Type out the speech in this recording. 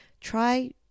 Try